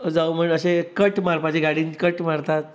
जावं म्हण अशें कट मारपाचे गाडयेन कट मारतात